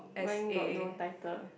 mine got no title